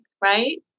right